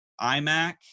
iMac